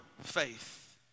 faith